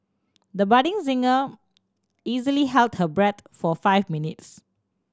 the budding singer easily held her breath for five minutes